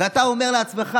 ואתה אומר לעצמך: